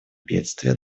бедствия